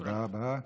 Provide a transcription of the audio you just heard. תודה רבה.